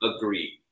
agree